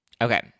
Okay